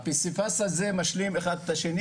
הפסיפס הזה משלים אחד את השני